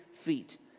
feet